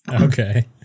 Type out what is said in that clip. Okay